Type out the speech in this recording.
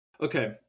Okay